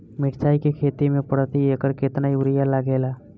मिरचाई के खेती मे प्रति एकड़ केतना यूरिया लागे ला?